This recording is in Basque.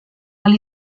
ahal